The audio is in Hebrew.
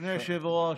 אדוני היושב-ראש,